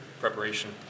preparation